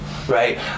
Right